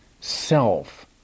self